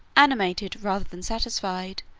animated, rather than satisfied,